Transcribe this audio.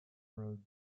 road